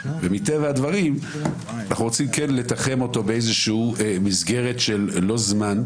ומטבע הדברים אנחנו רוצים לתחום במסגרת לא של זמן,